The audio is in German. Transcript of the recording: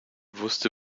wusste